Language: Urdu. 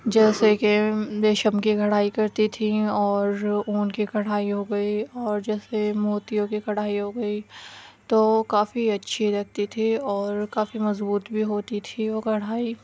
جیسے کہ ریشم کی کڑھائی کرتی تھیں اور اون کی کڑھائی ہو گئی اور جیسے کہ موتیوں کی کڑھائی ہو گئی تو کافی اچھی لگتی تھی اور کافی مضبوط بھی ہوتی تھی وہ کڑھائی